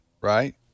right